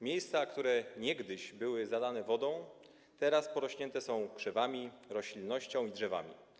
Miejsca, które niegdyś były zalane wodą, teraz porośnięte są krzewami, roślinnością i drzewami.